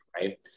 right